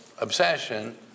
obsession